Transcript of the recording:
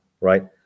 right